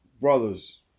brothers